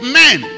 men